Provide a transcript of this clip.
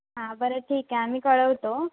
हां बरं ठीक आहे आम्ही कळवतो